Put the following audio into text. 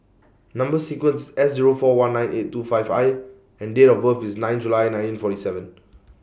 Number sequence S Zero four one nine eight two five I and Date of birth IS nine July nineteen forty seven